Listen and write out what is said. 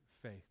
faith